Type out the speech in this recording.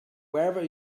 wherever